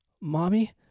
Mommy